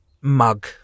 mug